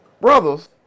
brothers